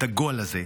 את הגועל הזה.